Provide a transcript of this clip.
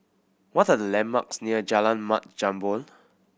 what are the landmarks near Jalan Mat Jambol